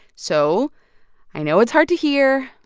so i know it's hard to hear,